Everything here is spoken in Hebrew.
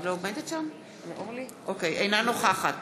אינה נוכחת